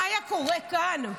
מה היה קורה כאן,